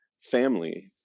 family